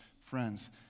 Friends